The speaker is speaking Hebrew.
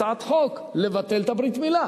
הצעת חוק לבטל את הברית-מילה.